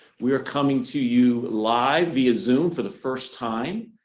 we are coming to you live via zoom for the first time.